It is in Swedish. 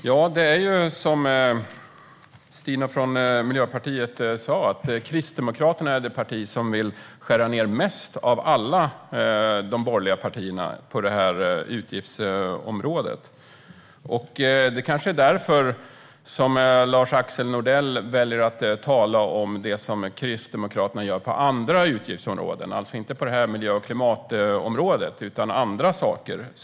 Herr talman! Som Stina från Miljöpartiet sa är Kristdemokraterna det parti som inom detta utgiftsområde vill skära ned mest av alla de borgerliga partierna. Det kanske är därför Lars-Axel Nordell väljer att tala om det som Kristdemokraterna gör på andra utgiftsområden och inte på miljö och klimatområdet.